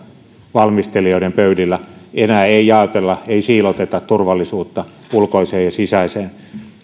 valmistelijoiden pöydillä enää ei jaotella ei siiloteta turvallisuutta ulkoiseen ja sisäiseen